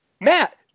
Matt